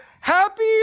happy